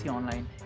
Online